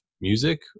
music